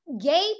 gay